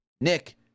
Nick